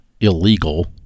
illegal